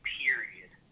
period